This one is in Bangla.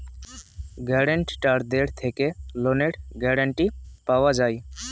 গ্যারান্টারদের থেকে লোনের গ্যারান্টি পাওয়া যায়